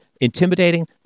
intimidating